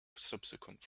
subsequent